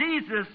Jesus